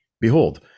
Behold